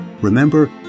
Remember